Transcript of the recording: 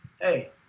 Hey